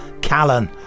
callan